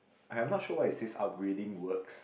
I am not sure is this upgrading works